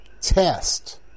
test